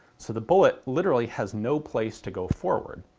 so the bullet literally has no place to go forward.